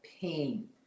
pain